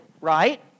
right